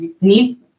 need